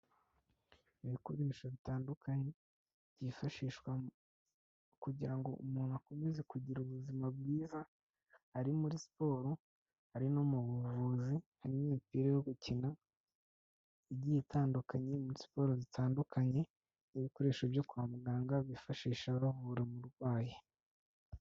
Ibikoresho bitandukanye byifashishwa kugirango umuntu akomeze kugira ubuzima bwiza, ari muri siporo, ari no mu buvuzi, hari n'imipira yo gukina igiye itandukanye, muri siporo zitandukanye, n'ibikoresho byo kwa muganga bifashisha bavura umurwayi.